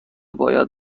باید